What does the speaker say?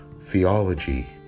theology